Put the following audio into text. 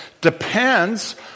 depends